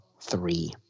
three